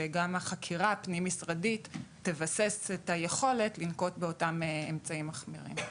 שגם החקירה הפנים-משרדית תבסס את היכולת לנקוט באותם אמצעים מחמירים.